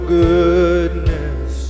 goodness